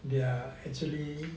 they are actually